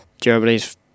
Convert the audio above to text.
Germany's